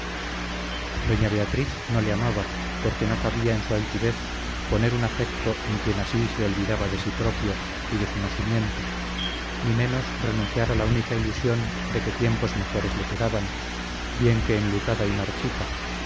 doña beatriz no le amaba porque no cabía en su altivez poner su afecto en quien así se olvidaba de sí propio y de su nacimiento ni menos renunciar a la única ilusión que de tiempos mejores le quedaba bien que enlutada y marchita